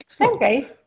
okay